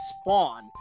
spawn